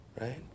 Right